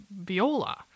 viola